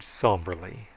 somberly